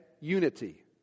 Unity